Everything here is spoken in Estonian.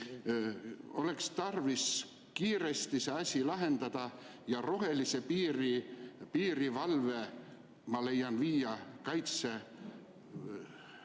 Oleks tarvis kiiresti see asi lahendada ja rohelise piiri piirivalve, ma leian, viia Kaitseväe